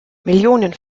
millionen